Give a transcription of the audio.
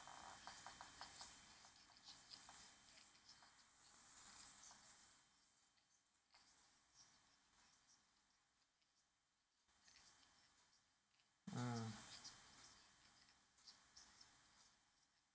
mm